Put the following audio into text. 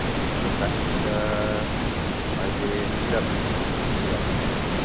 ए हाम्रो class teacher अहिले तिलक रिजाल छ त्यहाँनेरि